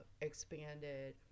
expanded